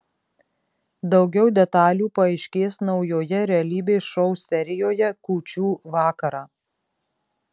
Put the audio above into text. daugiau detalių paaiškės naujoje realybės šou serijoje kūčių vakarą